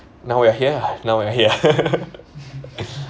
now we're here ah now we're here